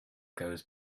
goes